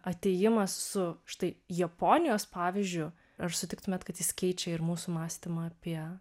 atėjimas su štai japonijos pavyzdžiu ar sutiktumėt kad jis keičia ir mūsų mąstymą apie